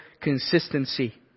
consistency